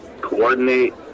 coordinate